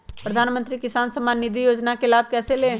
प्रधानमंत्री किसान समान निधि योजना का लाभ कैसे ले?